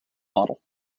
model